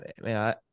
man